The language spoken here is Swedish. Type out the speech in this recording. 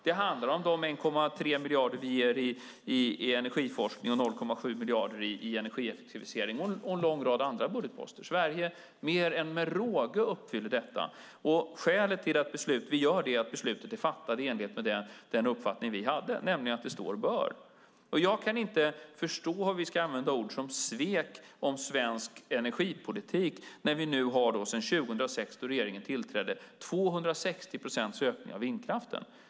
Det handlar om de 1,3 miljarder vi ger i energiforskning och 0,7 miljarder i energieffektivisering - och en lång rad andra budgetposter. Sverige uppfyller med råge detta. Skälet är att beslutet är fattat i enlighet med den uppfattning vi hade, nämligen att det står bör . Jag kan inte förstå användningen av ord som "svek" om svensk energipolitik när vi sedan 2006, då regeringen tillträdde, har sett 260 procents ökning av vindkraften.